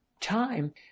time